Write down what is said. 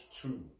two